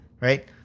Right